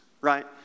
right